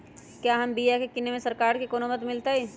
क्या हम बिया की किने में सरकार से कोनो मदद मिलतई?